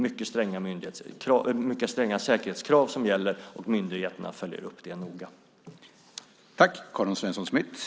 Det är mycket stränga säkerhetskrav som gäller, och myndigheterna följer noga upp detta.